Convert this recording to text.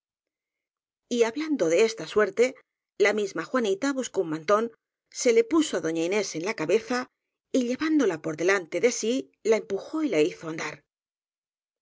hablando de esta suerte la misma juanita buscó un mantón se le puso á doña inés en la ca beza y llevándola por delante de sí la empujó y la